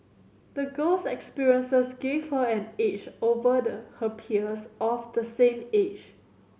the girl's experiences gave her an edge over the her peers of the same age